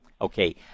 Okay